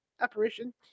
apparition